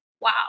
wow